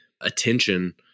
attention